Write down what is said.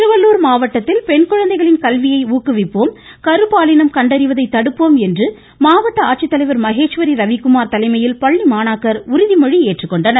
திருவள்ளுர் மாவட்டத்தில் பெண் குழந்தைகளின் கல்வியை ஊக்குவிப்போம் கரு பாலினம் கண்டறிவதை தடுப்போம் என்று மாவட்ட ஆட்சித்தலைவர் மகேஷ்வரி ரவிக்குமார் தலைமையில் பள்ளி மாணாக்கர் உறுதி மொழி ஏற்றனர்